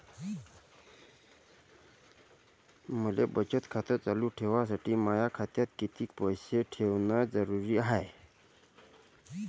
मले बचत खातं चालू ठेवासाठी माया खात्यात कितीक पैसे ठेवण जरुरीच हाय?